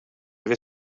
dvě